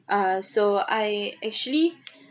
uh so I actually